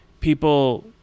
people